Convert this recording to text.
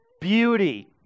beauty